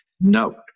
note